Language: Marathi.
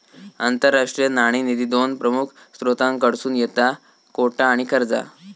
आंतरराष्ट्रीय नाणेनिधी दोन प्रमुख स्त्रोतांकडसून येता कोटा आणि कर्जा